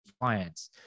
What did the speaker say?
clients